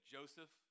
Joseph